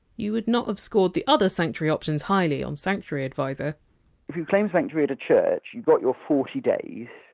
you would not have scored the other sanctuary options highly on sanctuaryadvisor if you claimed sanctuary at a church, you got your forty days,